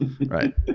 Right